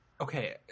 Okay